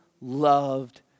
loved